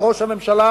וראש הממשלה,